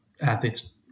athletes